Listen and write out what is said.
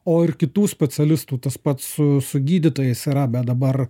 o ir kitų specialistų tas pats su gydytojais yra bet dabar